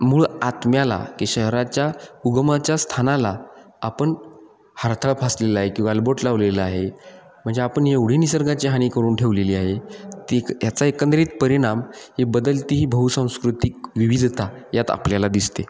मूळ आत्म्याला की शहराच्या उगमाच्या स्थानाला आपण हरताळ फासलेला आहे किंवा एलबोट लावलेला आहे म्हणजे आपण हे एवढी निसर्गाची हाणी करून ठेवलेली आहे ती ह्याचा एकंदरीत परिणाम हे बदलती ही बहुसंस्कृतिक विविधता यात आपल्याला दिसते